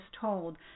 told